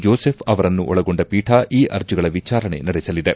Joseph ಅವರನ್ನು ಒಳಗೊಂಡ ಪೀಠ ಈ ಅರ್ಜಿಗಳ ವಿಚಾರಣೆ ನಡೆಸಲಿದೆ